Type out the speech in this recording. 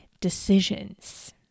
decisions